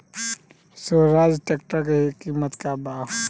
Swaraj tractor के किमत का बा?